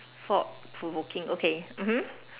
thought provoking okay mmhmm